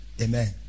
Amen